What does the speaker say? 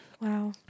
Wow